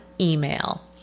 email